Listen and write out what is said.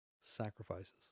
sacrifices